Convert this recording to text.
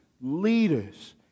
leaders